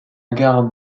gare